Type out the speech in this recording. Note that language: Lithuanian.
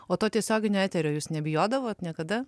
o to tiesioginio eterio ar jūs neabijodavot niekada